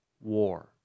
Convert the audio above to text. war